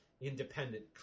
independent